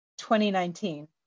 2019